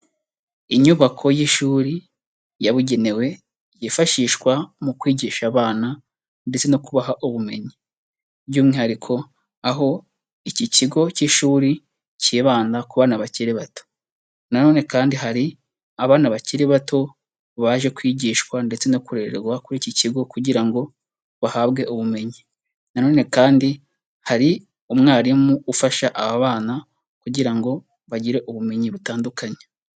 Inyubako y'ishuri yabugenewe yifashishwa mu kwigisha abana ndetse no kubaha ubumenyi, by'umwihariko aho iki kigo cy'ishuri cyibanda ku bana bakiri bato na none kandi hari abana bakiri bato baje kwigishwa ndetse no kurererwa kuri iki kigo, kugira ngo bahabwe ubumenyi na none kandi hari umwarimu ufasha aba bana kugira ngo bagire ubumenyi butandukanye.